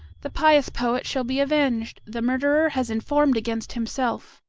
the pious poet shall be avenged! the murderer has informed against himself.